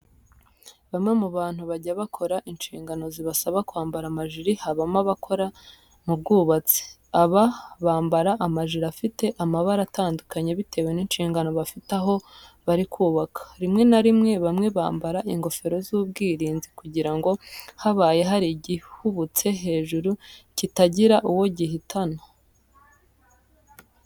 Bamwe mu bantu bajya bakora inshingano zibasaba kwambara amajiri habamo abakora mu bwubatsi. Aba bambara amajiri afite amabara atandukanye bitewe n'inshingano bafite aho bari kubaka. Rimwe na rimwe bamwe bambara ingofero z'ubwirinzi kugira ngo habaye hari igihubutse hejuru kitagira uwo gihitana.